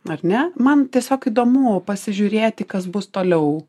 ar ne man tiesiog įdomu pasižiūrėti kas bus toliau